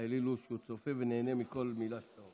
מיכאל אילוז, שהוא צופה ונהנה מכל מילה שאתה אומר.